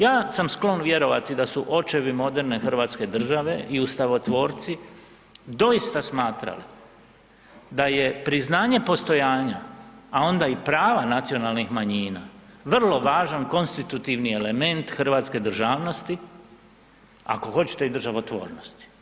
Ja sam sklon vjerovati da su očevi moderne hrvatske države i ustavotvorci, doista smatrali da je priznanje postojanja a onda i prava nacionalnih manjina, vrlo važan konstitutivni element hrvatske državnosti, ako hoćete i državotvornosti.